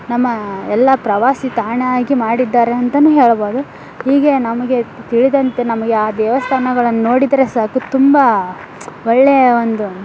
ನಮ್ಮ ಎಲ್ಲ ಪ್ರವಾಸಿ ತಾಣ ಆಗಿ ಮಾಡಿದ್ದಾರೆ ಅಂತಲೂ ಹೇಳಬೋದು ಹೀಗೆ ನಮಗೆ ತಿಳಿದಂತೆ ನಮಗೆ ಆ ದೇವಸ್ಥಾನಗಳನ್ನು ನೋಡಿದರೆ ಸಾಕು ತುಂಬ ಒಳ್ಳೆಯ ಒಂದು